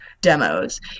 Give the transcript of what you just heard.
demos